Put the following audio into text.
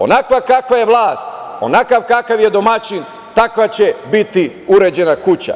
Onakva kakva je vlast, kakav je domaćin, takva će biti uređena kuća.